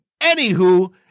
Anywho